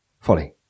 Folly